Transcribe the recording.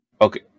Okay